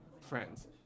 friends